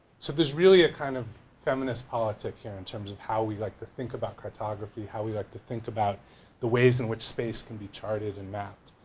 there's really a kind of feminist politic here in terms of how we like to think about cartography how we like to think about the ways in which space can be charted and mapped.